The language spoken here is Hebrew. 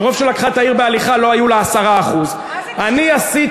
מרוב שהיא לקחה את העיר בהליכה לא היו לה 10%. אני עשיתי,